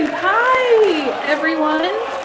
um hi everyone!